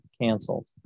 canceled